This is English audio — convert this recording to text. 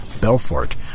Belfort